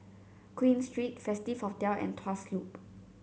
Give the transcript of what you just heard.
Queen Street Festive Hotel and Tuas Loop